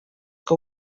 que